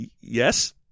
Yes